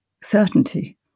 certainty